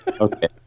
okay